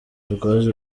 rwaje